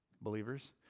believers